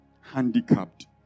handicapped